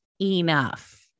enough